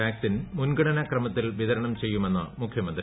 vaccine മുൻഗണനാ ക്രിമത്തിൽ വിതരണം ചെയ്യുമെന്ന് മുഖ്യമന്ത്രി